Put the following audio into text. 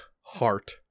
heart